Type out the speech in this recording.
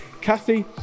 Kathy